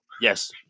Yes